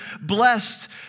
blessed